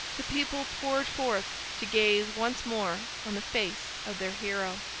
the people poured forth to gaze once more on the face of their hero.